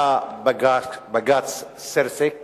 היה בג"ץ קרסיק